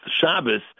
Shabbos